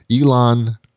Elon